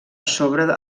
sobre